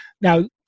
Now